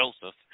Joseph